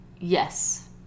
Yes